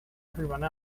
everyone